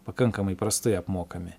pakankamai prastai apmokami